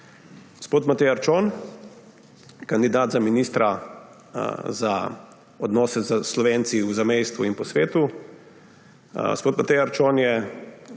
Gospod Matej Arčon, kandidat za ministra za odnose s Slovenci v zamejstvu in po svetu. Gospod Matej Arčon je